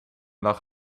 lag